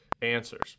answers